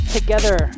Together